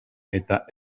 eta